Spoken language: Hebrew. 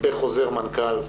בחוזר מנכ"ל,